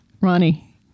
Ronnie